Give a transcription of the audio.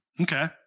Okay